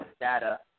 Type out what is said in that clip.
data